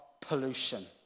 pollution